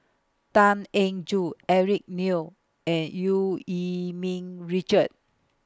Tan Eng Joo Eric Neo and EU Yee Ming Richard